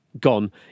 gone